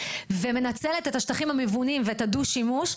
ומנצלת את השטחים הבנויים ואת הדו-שימוש,